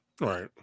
Right